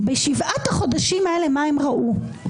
בשבעת החודשים האלה, מה הם ראו?